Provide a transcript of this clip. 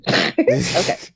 Okay